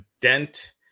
dent